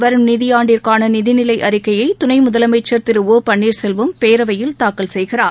வரும் நிதி ஆண்டிற்கான நிதிநிலை அறிக்கையை துணை முதலமைச்சர் திரு ஒ பன்னீர்செல்வம் பேரவையில் தாக்கல் செய்கிறார்